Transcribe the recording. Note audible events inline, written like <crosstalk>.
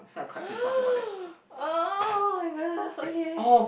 <noise> oh-my-goodness okay